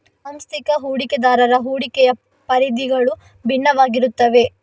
ಸಾಂಸ್ಥಿಕ ಹೂಡಿಕೆದಾರರ ಹೂಡಿಕೆಯ ಪರಿಧಿಗಳು ಭಿನ್ನವಾಗಿರುತ್ತವೆ